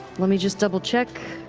let me just double check.